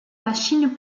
machine